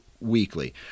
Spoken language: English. weekly